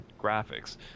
graphics